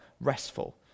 restful